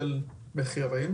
של מחירים